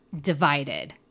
Divided